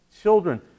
children